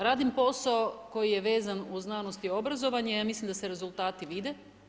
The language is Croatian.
Radim posao koji je vezan uz znanost i obrazovanje, ja mislim da se rezultati vide.